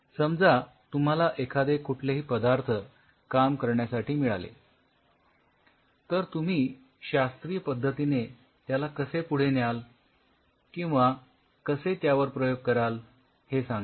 समजा तुम्हाला एखादे कुठलेही पदार्थ काम करण्यासाठी मिळाले तर तुम्ही शास्त्रीय पद्धतीने त्याला कसे पुढे न्याल किंवा कसे त्यावर प्रयोग कराल हे सांगतो